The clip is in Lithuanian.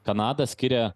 kanada skiria